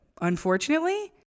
unfortunately